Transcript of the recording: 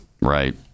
right